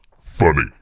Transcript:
funny